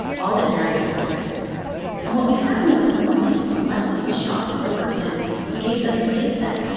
all that varied was the risk and what we found was that the monkeys selectively shopped at the person who gave them the safe bet.